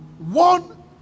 One